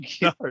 No